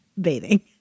bathing